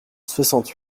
soixante